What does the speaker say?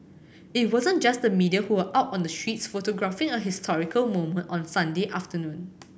it wasn't just the media who were out on the streets photographing a historical moment on Sunday afternoon